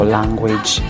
Language